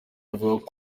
avuga